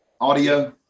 audio